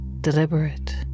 deliberate